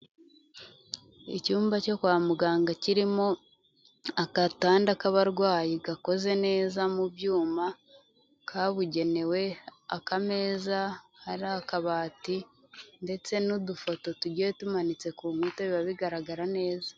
Icyumba cyo kwa muganga kirimo agatanda k'abarwayi gakoze neza mu byuma kabugenewe, akameza hari akabati ndetse n'udufoto tugiye tumanitse ku nkuta biba bigaragara neza.